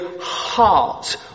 heart